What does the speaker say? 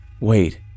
Wait